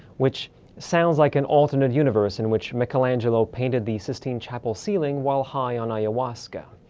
which sounds like an alternate universe in which michelangelo painted the sistine chapel ceiling while high on ayahuasca.